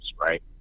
right